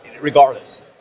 regardless